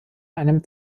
einem